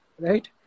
right